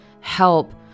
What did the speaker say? help